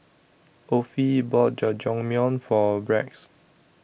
Offie bought Jajangmyeon For Rex